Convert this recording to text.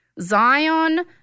Zion